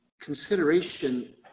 consideration